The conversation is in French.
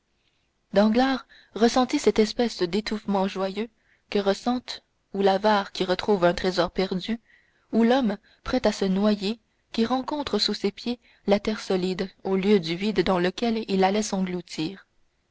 danglars ressentit cette espèce d'étouffement joyeux que ressentent ou l'avare qui retrouve un trésor perdu ou l'homme prêt à se noyer qui rencontre sous ses pieds la terre solide au lieu du vide dans lequel il allait s'engloutir